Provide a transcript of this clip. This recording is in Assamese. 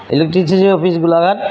electricity office Golaghat